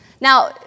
Now